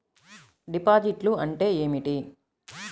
డిపాజిట్లు అంటే ఏమిటి?